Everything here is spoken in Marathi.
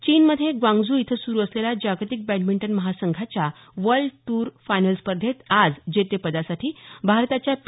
चीनमधे ग्वांगझू इथं सुरू असलेल्या जागतिक बॅडमिंटन महासंघाच्या वर्ल्ड टूर फायनल स्पर्धेत आज जेतेपदासाठी भारताच्या पी